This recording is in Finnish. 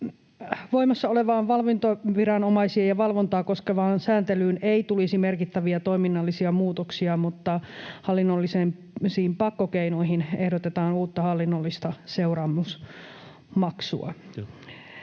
Voimassa olevaan valvontaviranomaisia ja valvontaa koskevaan sääntelyyn ei tulisi merkittäviä toiminnallisia muutoksia, mutta hallinnollisiin pakkokeinoihin ehdotetaan uutta hallinnollista seuraamusmaksua.